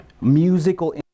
musical